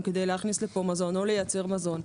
כדי להכניס לפה מזון או לייצר מזון.